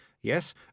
Yes